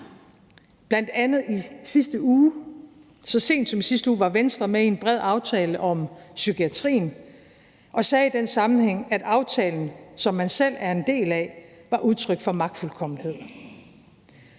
sent som i sidste uge var Venstre med i en bred aftale om psykiatrien og sagde i den sammenhæng, at aftalen, som man selv er en del af, var udtryk for magtfuldkommenhed.